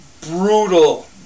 brutal